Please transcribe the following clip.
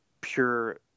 pure